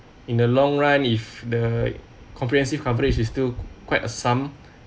in the long run if the comprehensive coverage is still quite a sum